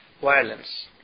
violence